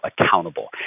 accountable